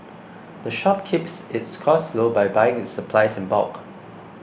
the shop keeps its costs low by buying its supplies in bulk